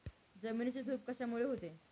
जमिनीची धूप कशामुळे होते?